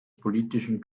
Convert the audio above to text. politischen